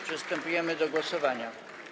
Przystępujemy do głosowania.